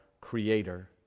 Creator